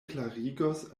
klarigos